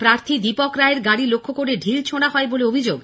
প্রার্থী দীপক রায়ের গাড়ি লক্ষ্য করে ঢিল ছোঁড়া হয় বলে অভিযোগ